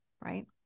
right